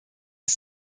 das